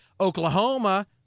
Oklahoma